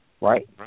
right